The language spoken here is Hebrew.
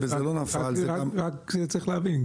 וזה לא נפל --- רק צריך להבין,